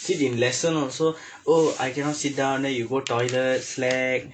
sit in lesson also oh I cannot sit down then you go toilet slack